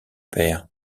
père